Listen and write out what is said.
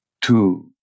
two